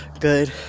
good